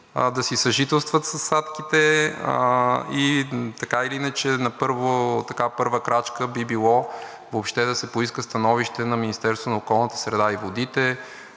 да си съжителстват със садките. Така или иначе първа крачка би било въобще да се поиска становище на Министерството